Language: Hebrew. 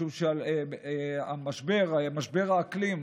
משום שמשבר האקלים,